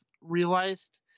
realized